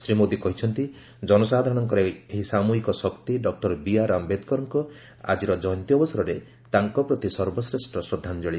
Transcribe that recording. ଶ୍ରୀ ମୋଦି କହିଛନ୍ତି ଜନସାଧାରଣଙ୍କର ଏହି ସାମୂହିକ ଶକ୍ତି ଡକୁର ବିଆର୍ ଆମ୍ବେଦକରଙ୍କ ଆଜି ଜୟନ୍ତୀ ଅବସରରେ ତାଙ୍କ ପ୍ରତି ସର୍ବଶ୍ରେଷ୍ଠ ଶ୍ରଦ୍ଧାଞ୍ଚଳି